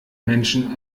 menschen